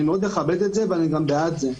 אני מאוד מכבד את זה, ואני גם בעד זה.